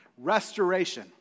restoration